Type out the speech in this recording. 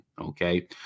Okay